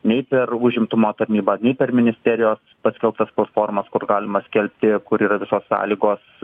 nei per užimtumo tarnybą nei per ministerijos paskelbtas platformas kur galima skelbti kur yra visos sąlygos